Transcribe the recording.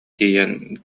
тиийэн